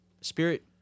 spirit